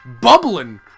...bubbling